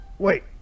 Wait